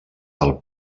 del